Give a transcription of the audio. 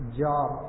job